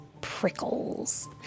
prickles